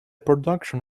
production